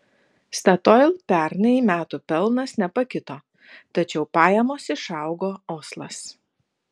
statoil pernai metų pelnas nepakito tačiau pajamos išaugo oslas